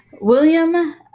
William